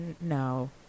no